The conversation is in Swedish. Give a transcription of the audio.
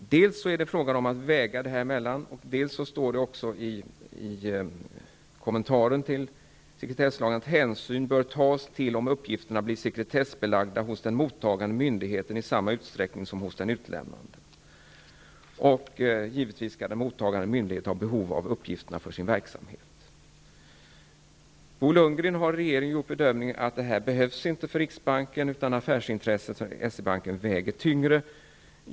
Dels är det fråga om en avvägning, dels står det i kommentaren till sekretesslagen att hänsyn bör tas till om uppgifterna blir sekretessbelagda hos den mottagande myndigheten i samma utsträckning som hos den utlämnande. Givetvis skall den mottagande myndigheten ha behov av uppgifterna för sin verksamhet. Bo Lundgren och regeringen har gjort bedömningen att riksbanken inte har detta behov, utan affärsintresset för S-E-Banken väger tyngre.